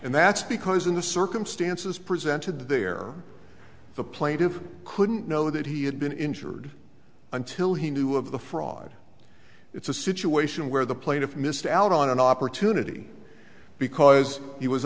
and that's because in the circumstances presented there the plaintive couldn't know that he had been injured until he knew of the fraud it's a situation where the plaintiff missed out on an opportunity because he was